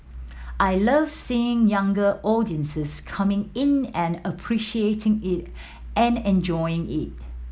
I love seeing younger audiences coming in and appreciating it and enjoying it